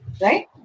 Right